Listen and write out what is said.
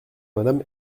madame